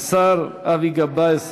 השר אבי גבאי,